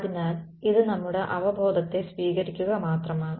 അതിനാൽ ഇത് നമ്മുടെ അവബോധത്തെ സ്ഥിരീകരിക്കുക മാത്രമാണ്